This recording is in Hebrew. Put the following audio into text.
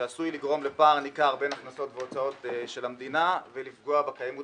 דבר שעשוי לגרום לפער ניכר בין הכנסות והוצאות של המדינה ולפגוע בקיימות